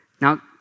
Now